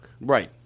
Right